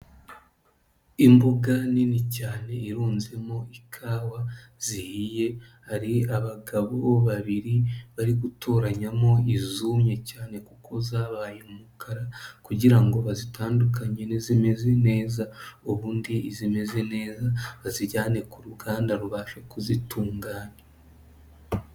Imbuga nini cyane irunzemo ikawa zihiye, hari abagabo babiri bari gutoranyamo izumye cyane kuko zabaye umukara kugira ngo ba zitandukanyeye n'zimeze neza, ubundi izimeze neza bazijyane ku ruganda rubashe kuzitunganya.